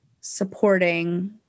supporting